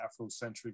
Afrocentric